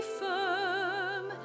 firm